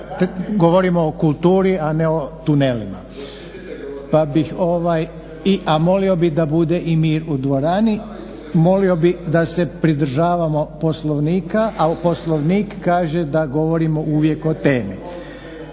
a molio bi da bude i mir u dvorani, molio bi da se pridržavamo Poslovnika, a Poslovnik kaže da govorimo uvijek o temi.